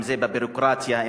אם בביורוקרטיה,